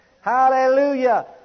Hallelujah